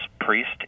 priest